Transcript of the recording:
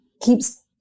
keeps